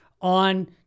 on